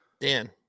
Dan